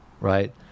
right